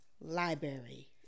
library